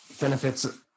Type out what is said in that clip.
benefits